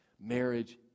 Marriage